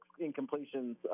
incompletions